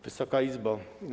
Wysoka Izbo!